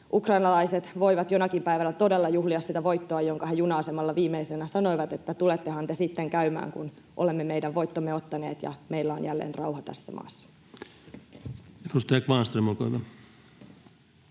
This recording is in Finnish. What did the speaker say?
ukrainalaiset voivat jonakin päivänä todella juhlia sitä voittoa, josta he juna-asemalla viimeiseksi sanoivat, että tulettehan te sitten käymään, kun olemme meidän voittomme ottaneet ja meillä on jälleen rauha tässä maassa.